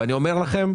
ואני אומר לכם,